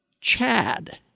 Chad